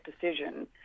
decision